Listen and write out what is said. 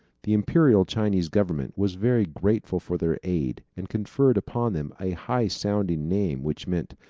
the imperial chinese government was very grateful for their aid, and conferred upon them a high-sounding name which meant,